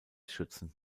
schützen